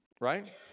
right